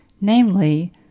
namely